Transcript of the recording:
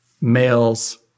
males